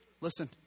listen